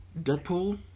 Deadpool